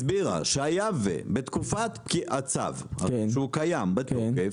היא הסבירה שהיה ובתקופת הצו, שהוא קיים, בתוקף,